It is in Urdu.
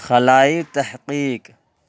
خلائی تحقیق